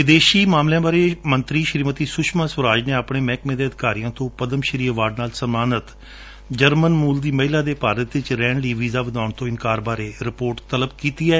ਵਿਦੇਸ਼ੀ ਮਾਮਲਿਆਂ ਬਾਰੇ ਮੰਤਰੀ ਸ਼੍ਰੀਮਤੀ ਸੁਸ਼ਮਾ ਸਵਰਾਜ ਨੇ ਆਪਣੇ ਮਹਿਕਮੇ ਦੇ ਅਧਿਕਾਰੀਆਂ ਤੋ ਪਦਮ ਸ਼ੂੀ ਅਵਾਰਡ ਨਾਲ ਸਨਮਾਨਿਤ ਜਰਮਨ ਮੁਲ ਦੀ ਮਹਿਲਾ ਦੇ ਭਾਰਤ ਵਿੱਚ ਰਹਿਣ ਲਈ ਵੀਜ਼ਾ ਵਧਾਉਣ ਤੋ ਇੰਕਾਰ ਬਾਰੇ ਰਿਪੋਰਟ ਤਲਬ ਕੀਤੀ ਏ